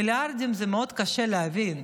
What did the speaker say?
מיליארדים מאוד קשה להבין,